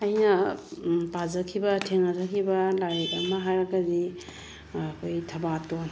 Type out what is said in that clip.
ꯑꯩꯅ ꯄꯥꯖꯈꯤꯕ ꯊꯦꯡꯅꯔꯛꯈꯤꯕ ꯂꯥꯏꯔꯤꯛ ꯑꯃ ꯍꯥꯏꯔꯒꯗꯤ ꯑꯩꯈꯣꯏ ꯊꯕꯥꯇꯣꯟ